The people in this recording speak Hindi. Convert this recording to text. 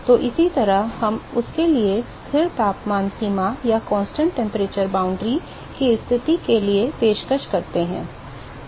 तो इसी तरह हम उसके लिए स्थिर तापमान सीमा की स्थिति के लिए पेशकश करते हैं